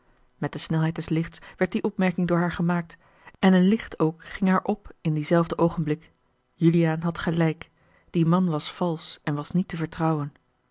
met de snelheid des lichts werd die opmerking door haar gemaakt en een licht ook ging haar op in dienzelfden oogenblik juliaan had gelijk die man was valsch en was niet te vertrouwen